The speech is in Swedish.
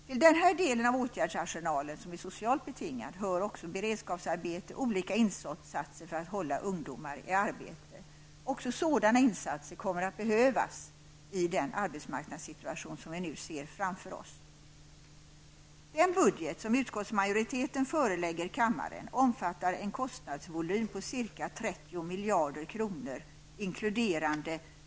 Till den del av åtgärdsarsenalen som är socialt betingad hör också beredskapsarbete och olika insatser för att hålla ungdomar i arbete. Också sådana insatser kommer att behövas i den arbetsmarknadssituation som vi ser framför oss. Den budget som utskottsmajoriteten förelägger kammaren omfattar en kostnadsvolym på ca 30 miljarder kronor, inkl.